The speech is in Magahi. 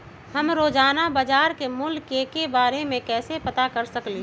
हम रोजाना बाजार के मूल्य के के बारे में कैसे पता कर सकली ह?